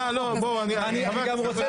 לא, בואו, חברי הכנסת.